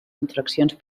infraccions